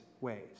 ways